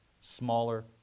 Smaller